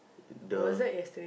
the